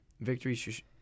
Victory